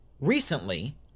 recently